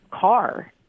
car